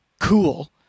cool